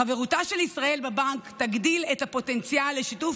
חברותה של ישראל בבנק תגדיל את הפוטנציאל לשיתוף